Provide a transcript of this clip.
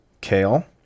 Kale